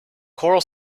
choral